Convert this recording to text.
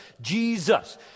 Jesus